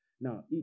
Now